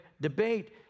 debate